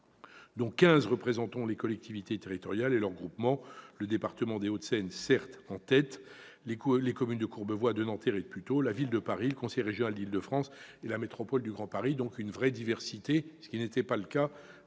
dont quinze représenteront les collectivités territoriales et leurs groupements : le département des Hauts-de-Seine, certes en tête, les communes de Courbevoie, de Nanterre et de Puteaux, la ville de Paris, le conseil régional d'Île-de-France et la métropole du Grand Paris, soit une véritable diversité, ce qui n'était pas le cas